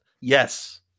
Yes